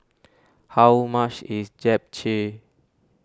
how much is Japchae